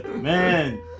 man